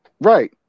Right